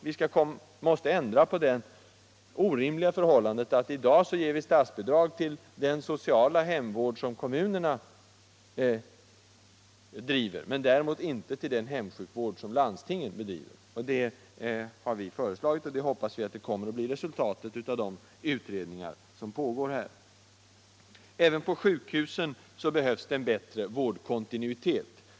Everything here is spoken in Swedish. Vi måste ändra på det orimliga förhållandet, att det i dag utgår statsbidrag till den sociala hemvård som kommunerna bedriver, men däremot inte till den hemsjukvård som sköts av landstingen. Vi har föreslagit att statsbidrag skall utgå även till denna vård, och vi hoppas att de utredningar som pågår skall leda till det resultatet. Även på sjukhusen behövs en bättre vårdkontinuitet.